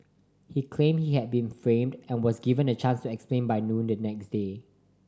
he claimed he had been framed and was given a chance to explain by noon the next day